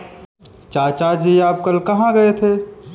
चाचा जी आप कल कहां गए थे?